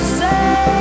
say